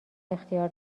اختیار